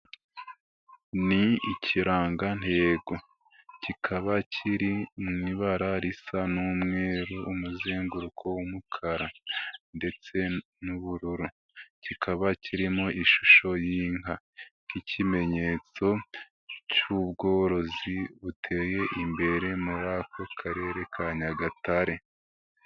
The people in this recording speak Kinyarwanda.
Ni ikirangantego, kikaba kiri mu ibara risa n'umweru, umuzenguruko w'umukara ndetse n'ubururu, kikaba kirimo ishusho y'inka nk'ikimenyetso cy'ubworozi buteye imbere muri ako Karere ka Nyagatare.